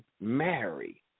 marry